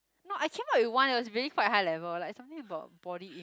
no I came up with one it was really quite high level like something about poly